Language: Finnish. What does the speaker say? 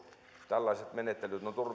tällaiset menettelyt ovat